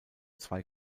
zwei